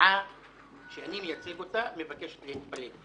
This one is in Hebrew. הסיעה שאני מייצג מבקשת להתפלג.